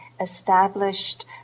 established